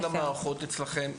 אני לא מכיר את כל המערכות אצלכם,